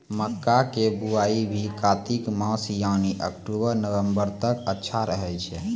मक्का के बुआई भी कातिक मास यानी अक्टूबर नवंबर तक अच्छा रहय छै